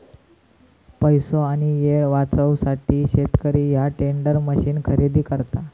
पैसो आणि येळ वाचवूसाठी शेतकरी ह्या टेंडर मशीन खरेदी करता